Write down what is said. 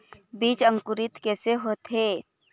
बीज अंकुरित कैसे होथे?